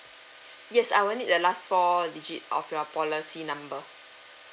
yes I will need the last four digit of your policy number